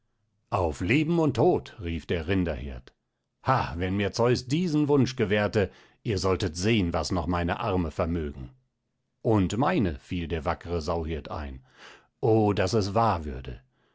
auf leben und tod rief der rinderhirt ha wenn mir zeus diesen wunsch gewährte ihr solltet sehen was noch meine arme vermögen und meine fiel der wackre sauhirt ein o daß es wahr würde